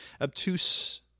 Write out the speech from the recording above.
Obtuse